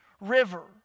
River